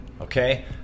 okay